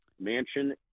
mansion